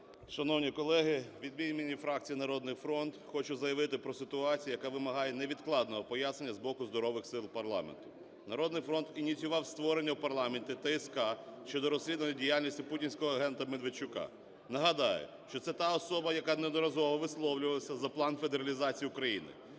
Шановні колеги, від імені фракції "Народний фронт" хочу заявити про ситуацію, яка вимагає невідкладного пояснення з боку здорових сил парламенту. "Народний фронт" ініціював створення у парламенті ТСК щодо розслідування діяльності путінського агента Медведчука. Нагадаю, що це та особа, яка неодноразово висловлювалася за план федералізації України;